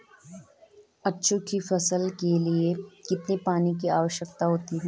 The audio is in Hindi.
कद्दू की फसल के लिए कितने पानी की आवश्यकता होती है?